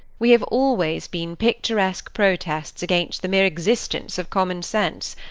we have always been picturesque protests against the mere existence of common sense.